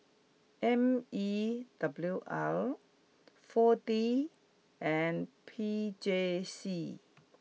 M E W R four D and P J C